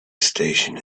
station